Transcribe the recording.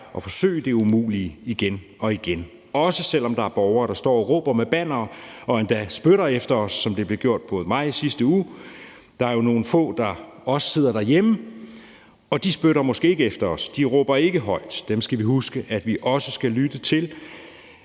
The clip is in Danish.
at forsøge det umulige igen og igen, også selv om der er borgere, der står og råber med bannere og endda spytter efter os, som det skete for mig i sidste uge. Der er jo nogle få, der også sidder derhjemme, og de spytter måske ikke efter os, de råber ikke højt, og dem skal vi huske at vi også skal lytte til,